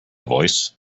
voice